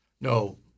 no